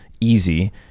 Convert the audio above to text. easy